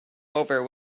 over